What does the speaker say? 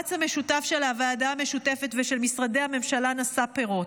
המאמץ המשותף של הוועדה המשותפת ושל משרדי הממשלה נשא פירות: